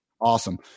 Awesome